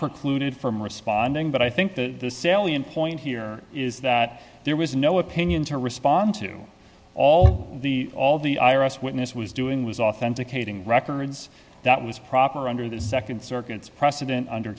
precluded from responding but i think the salient point here is that there was no opinion to respond to all the all the iris witness was doing was authenticating records that was proper under the nd circuit precedent under